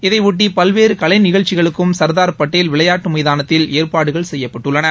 இதையொட்டி பல்வேறு கலைநிகழ்ச்சிகளுக்கும் சா்தார் பட்டேல் விளையட்டு மைதானத்தில் ஏற்பாடுகள் செய்யப்பட்டுள்ளன